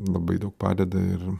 labai daug padeda ir